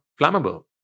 flammable